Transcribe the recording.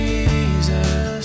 Jesus